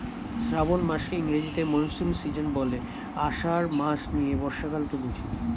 শ্রাবন মাসকে ইংরেজিতে monsoon season বলে, আষাঢ় মাস নিয়ে বর্ষাকালকে বুঝি